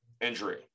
injury